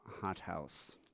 hothouse